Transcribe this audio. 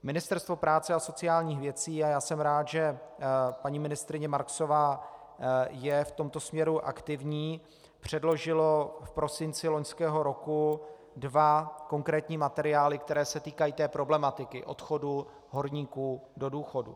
Ministerstvo práce a sociálních věcí a já jsem rád, že paní ministryně Marksová je v tomto směru aktivní předložilo v prosinci loňského roku dva konkrétní materiály, které se týkají té problematiky odchodu horníků do důchodu.